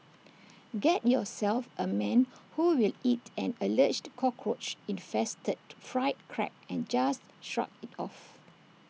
get yourself A man who will eat an Alleged Cockroach infested fried Crab and just shrug IT off